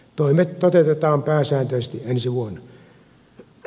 toimet toteutetaan pääsääntöisesti ensi vuonna